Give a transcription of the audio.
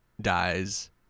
dies